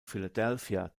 philadelphia